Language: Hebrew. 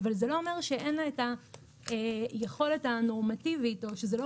אבל זה לא אומר שאין לה את היכולת הנורמטיבית או שזה לא